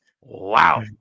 Wow